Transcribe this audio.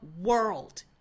world